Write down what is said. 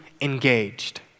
engaged